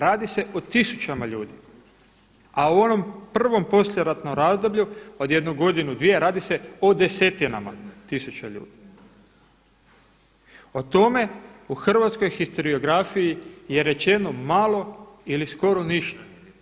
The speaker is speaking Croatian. Radi se o tisućama ljudi, a u onom prvom poslijeratnom razdoblju od jednu godinu, dvije, radi se o desetinama tisuća ljudi, o tome u hrvatskoj historiografiji je rečeno malo ili skoro ništa.